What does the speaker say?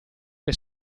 che